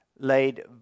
laid